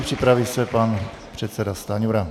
Připraví se pan předseda Stanjura.